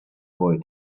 boy